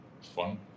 fun